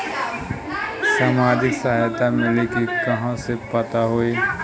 सामाजिक सहायता मिली कि ना कहवा से पता होयी?